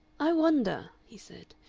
i wonder, he said,